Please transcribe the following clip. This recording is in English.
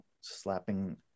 slapping